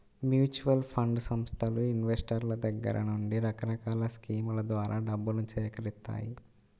mutual fund సంస్థలు ఇన్వెస్టర్ల దగ్గర నుండి రకరకాల స్కీముల ద్వారా డబ్బును సేకరిత్తాయి